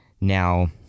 Now